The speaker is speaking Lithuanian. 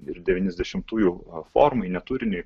ir devyniasdešimtųjų formai ne turiniui